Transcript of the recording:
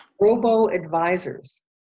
robo-advisors